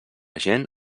gent